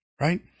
Right